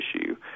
issue